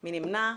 מי נמנע?